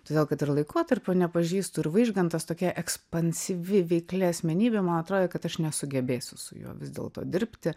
todėl kad ir laikotarpio nepažįstu ir vaižgantas tokia ekspansyvi veikli asmenybė man atrodė kad aš nesugebėsiu su juo vis dėlto dirbti